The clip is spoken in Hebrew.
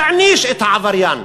יעניש את העבריין.